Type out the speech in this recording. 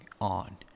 on